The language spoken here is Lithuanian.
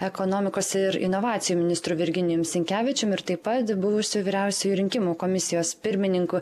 ekonomikos ir inovacijų ministru virginijum sinkevičium ir taip pat buvusiu vyriausiuoju rinkimų komisijos pirmininku